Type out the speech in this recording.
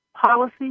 policy